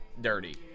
dirty